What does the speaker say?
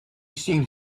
seems